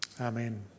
Amen